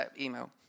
email